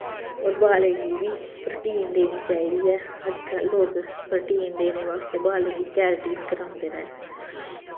होर बालें गी बी प्रोटीन देनी चाहिदी ऐ अज्जकल लोग प्रोटीन देने बास्तै बालें गी कैरटीन करांदे न